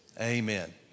amen